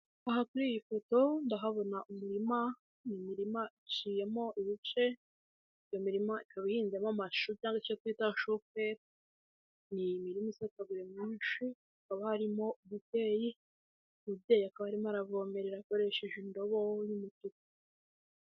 Aha kuri iyi foto ndahabona imirima, ni imirima iciyemo ibice, iyo mirima ikaba ihinzemo amashu cyangwa icyo twita shuperi, ni imirima isataguye myinshi, hakaba harimo umubyeyi, umubyeyi akaba arimo aravomerera akoresheje indobo y'umutuku.